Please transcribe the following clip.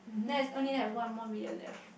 then I only have one more million left